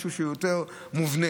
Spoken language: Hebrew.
משהו שהוא יותר מובנה.